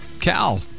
Cal